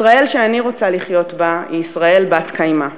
ישראל שאני רוצה לחיות בה היא ישראל בת-קיימא.